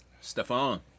Stefan